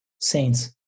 Saints